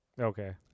Okay